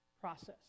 process